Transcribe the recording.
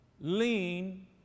Lean